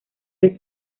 del